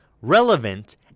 relevant